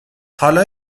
حالا